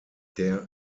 der